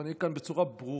ואני אומר כאן בצורה ברורה,